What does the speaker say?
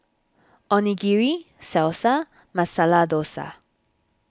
Onigiri Salsa and Masala Dosa